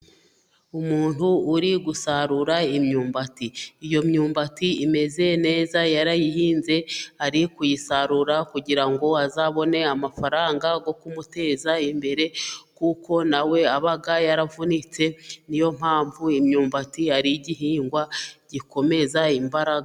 Umuntu uri gusarura imyumbati, iyo myumbati imeze neza, yarayihinze ari kuyisarura kugira ngo azabone amafaranga yo kumuteza imbere kuko nawe aba yaravunitse. Ni yo mpamvu imyumbati ari igihingwa gikomeza imbaraga.